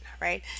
right